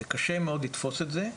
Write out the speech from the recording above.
זה קשה מאוד לתפוס את זה,